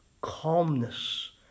calmness